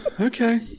okay